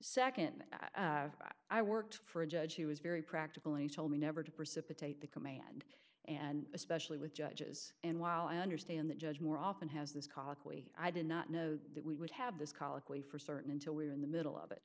nd i worked for a judge he was very practical and he told me never to precipitate the command and especially with judges and while i understand that judge more often has this colloquy i did not know that we would have this colloquy for certain until we were in the middle of it